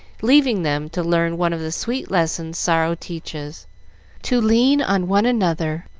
leaving them to learn one of the sweet lessons sorrow teaches to lean on one another,